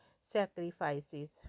sacrifices